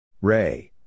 Ray